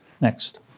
Next